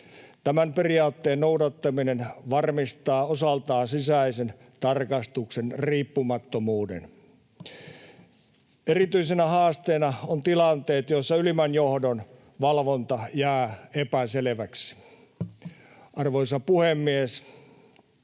Tämän periaatteen noudattaminen varmistaa osaltaan sisäisen tarkastuksen riippumattomuuden. Erityisenä haasteena ovat tilanteet, joissa ylimmän johdon valvonta jää epäselväksi. Arvoisa puhemies!